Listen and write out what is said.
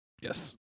Yes